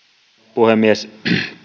puhemies